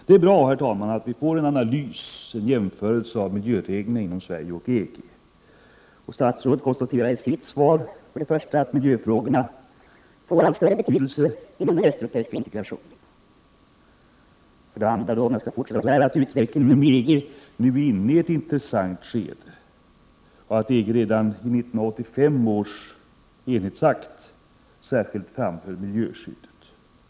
Det är bra, herr talman, att vi snart får en jämförelse av miljöreglerna inom Sverige och EG. I sitt svar konstaterar statsrådet för det första att miljöfrågorna får allt större betydelse inom den västeuropeiska integrationen. För det andra nämns det i svaret att utvecklingen inom EG nu är inne i ett intressant skede och att EG redan i 1985 års enhetsakt särskilt framhöll miljöskyddet.